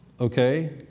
Okay